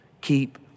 Keep